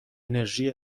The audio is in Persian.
انرژی